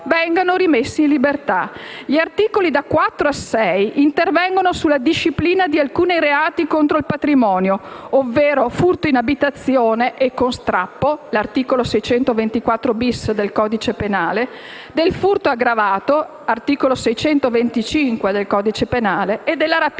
Gli articoli da 4 a 6 intervengono sulla disciplina di alcuni reati contro il patrimonio, ovvero furto in abitazione e con strappo (articolo 624-*bis* del codice penale), furto aggravato (articolo 625 del codice penale) e rapina